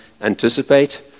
anticipate